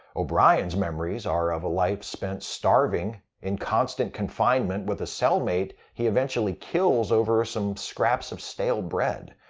o'brien's memories are of a life spent starving in constant confinement with a cellmate he eventually kills over some scraps of stale bread.